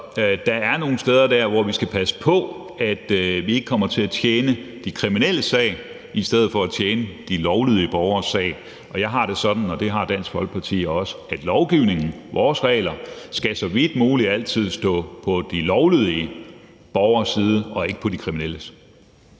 Der er nogle steder der, hvor vi skal passe på, at vi ikke kommer til at tjene de kriminelles sag i stedet for at tjene de lovlydige borgeres sag. Jeg har det sådan, og det har Dansk Folkeparti også, at lovgivningen, vores regler, så vidt muligt altid skal stå på de lovlydige borgeres side og ikke på de kriminelles.